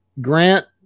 Grant